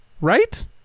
Right